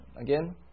Again